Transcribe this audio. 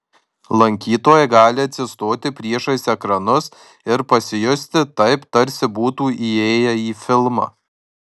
lankytojai gali atsistoti priešais ekranus ir pasijusti taip tarsi būtų įėję į filmą